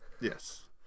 Yes